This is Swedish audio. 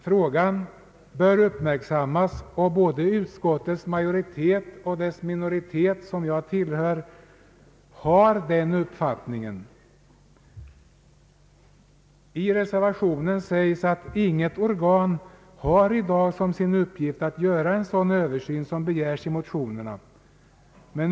Frågan bör dock uppmärksammas. Både utskottets majoritet och dess minoritet, som jag tillhör, har den uppfattningen. I reservationen sägs att inget organ i dag har som sin uppgift att göra en sådan översyn som begärs i motionerna.